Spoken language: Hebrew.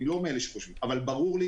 אני לא מאלה שחושבים כך אבל ברור לי